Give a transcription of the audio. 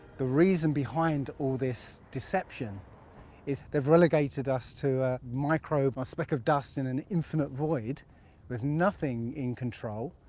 the reason behind all this deception is they've relegated us to a microbe, a speck of dust in an infinite void with nothing in control.